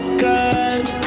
cause